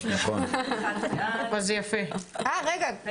הצבעה אושר התקבל פה אחד,